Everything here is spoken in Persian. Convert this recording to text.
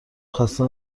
خسته